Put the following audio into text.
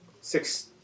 six